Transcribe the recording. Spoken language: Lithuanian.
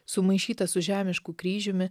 sumaišytas su žemišku kryžiumi